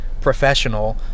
professional